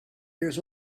years